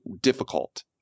difficult